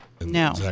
No